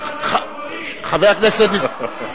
חבר הכנסת אופיר אקוניס,